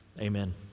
Amen